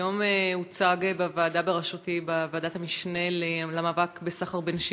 היום הוצג בוועדת המשנה בראשותי למאבק בסחר בנשים